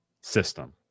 system